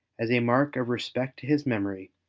as a mark of respect to his memory,